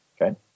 Okay